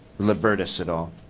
laverts et al?